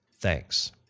Thanks